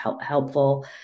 helpful